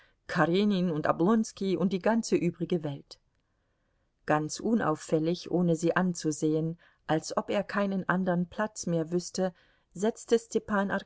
karenin und oblonski und die ganze übrige welt ganz unauffällig ohne sie anzusehen als ob er keinen andern platz mehr wüßte setzte stepan